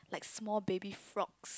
like small baby frogs